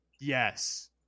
yes